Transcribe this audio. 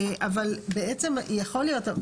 אבל בעצם יכול להיות,